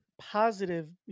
positive